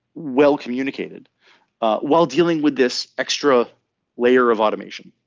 well communicated while dealing with this extra layer of automation.